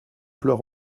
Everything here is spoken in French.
pleure